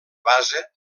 base